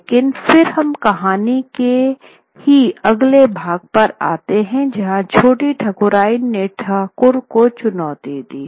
लेकिन फिर हम कहानी के की अगले भाग पर आते हैं जहाँ छोटी ठाकुरायन ने ठाकुर को एक चुनौती दी